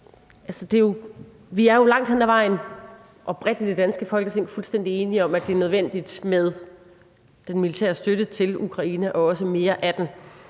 Vi er jo langt hen ad vejen i det danske Folketing fuldstændig og oprigtigt enige om, at det er nødvendigt med den militære støtte til Ukraine og også, at der